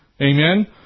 Amen